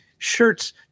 shirts